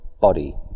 body